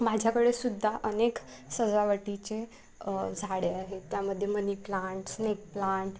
माझ्याकडे सुद्धा अनेक सजावटीचे झाडे आहेत त्यामध्ये मनी प्लांट स्नेक प्लांट